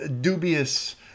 dubious